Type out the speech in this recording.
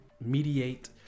mediate